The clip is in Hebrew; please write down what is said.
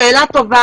שאלה טובה.